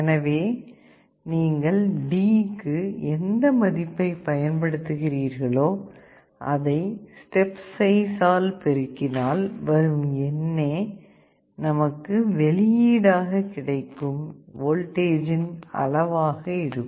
எனவே நீங்கள் D க்கு எந்த மதிப்பைப் பயன்படுத்துகிறீர்களோ அதை ஸ்டெப் சைஸ் ஆல் பெருக்கினால் வரும் எண்ணே நமக்கு வெளியீடாக கிடைக்கும் வோல்டேஜ் இன் அளவாக இருக்கும்